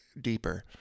deeper